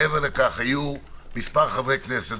מעבר לכך היו מספר חברי כנסת,